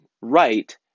right